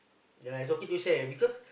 ya lah it's okay to share because